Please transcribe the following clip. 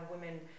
women